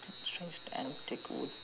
strange antic would